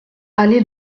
allée